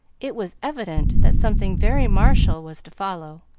it was evident that something very martial was to follow,